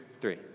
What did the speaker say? three